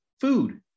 food